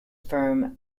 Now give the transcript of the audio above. firm